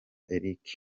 eric